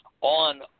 On